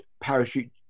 parachute